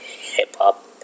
hip-hop